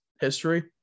history